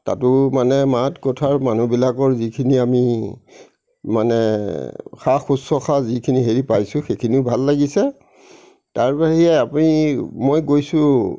তাতো মানে মাত কথাৰ মানুহবিলাকৰ যিখিনি আমি মানে সা শুশ্ৰূষা যিখিনি হেৰি পাইছোঁ সেইখিনিও ভাল লাগিছে তাৰ বাহিৰে আমি মই গৈছো